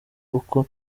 kuko